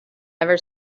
ever